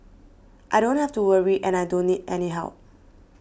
I don't have to worry and I don't need any help